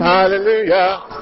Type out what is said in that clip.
Hallelujah